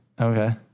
Okay